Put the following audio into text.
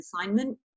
assignment